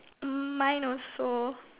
mm mine also